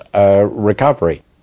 recovery